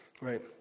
Right